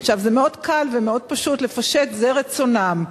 זה מאוד קל ומאוד פשוט לפשט: זה רצונם.